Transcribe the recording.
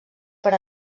per